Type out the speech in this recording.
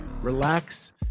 relax